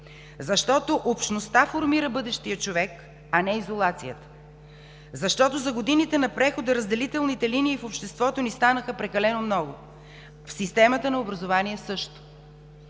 защото общността формира бъдещия човек, а не изолацията, защото за годините на прехода разделителните линии в обществото ни станаха прекалено много – в системата на образованието също.